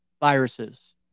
viruses